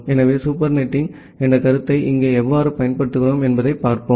எனவே supernetting என்ற கருத்தை இங்கே எவ்வாறு பயன்படுத்துகிறோம் என்பதைப் பார்ப்போம்